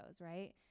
right